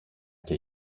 και